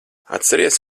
atceries